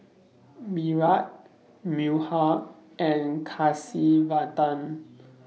Virat Milkha and Kasiviswanathan